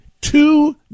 two